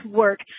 work